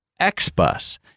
XBus